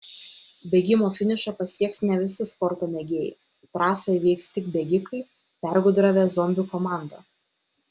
bėgimo finišą pasieks ne visi sporto mėgėjai trasą įveiks tik bėgikai pergudravę zombių komandą